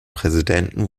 präsidenten